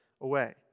away